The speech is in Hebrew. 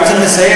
אני צריך לסיים,